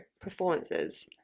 performances